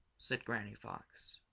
said granny fox.